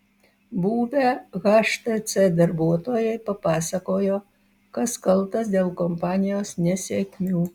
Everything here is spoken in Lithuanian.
buvę htc darbuotojai papasakojo kas kaltas dėl kompanijos nesėkmių